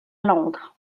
londres